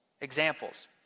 Examples